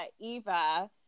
Eva